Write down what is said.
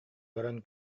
баран